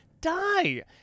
die